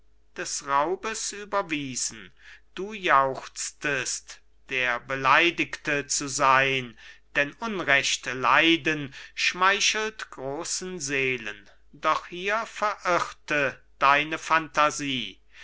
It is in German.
des raubes überwiesen du jauchztest der beleidigte zu sein denn unrecht leiden schmeichelt großen seelen doch hier verirrte deine phantasie